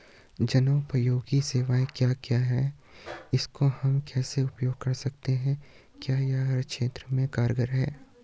जनोपयोगी सेवाएं क्या क्या हैं इसको हम कैसे उपयोग कर सकते हैं क्या यह हर क्षेत्र में कारगर है?